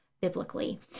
biblically